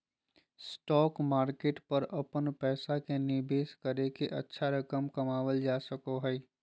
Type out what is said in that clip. stock market पर अपन पैसा के निवेश करके अच्छा रकम कमावल जा सको हइ